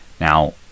Now